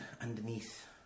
underneath